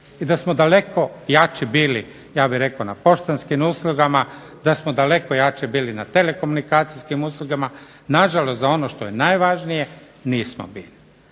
i da smo daleko jači bili na poštanskim uslugama, da smo daleko jači bili na telekomunikacijskim uslugama, na žalost za ono što je najvažnije nismo bili.